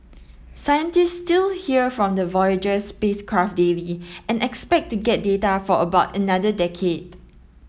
scientists still hear from the Voyager spacecraft daily and expect to get data for about another decade